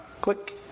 Click